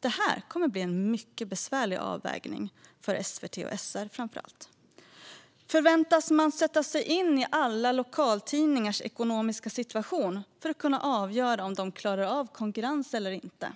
Detta kommer att bli en mycket besvärlig avvägning för framför allt SVT och SR. Förväntas man sätta sig in i alla lokaltidningars ekonomiska situation för att avgöra huruvida de klarar av konkurrens eller inte?